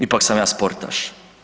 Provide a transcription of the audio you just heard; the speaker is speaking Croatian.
Ipak sam ja sportaš.